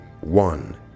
one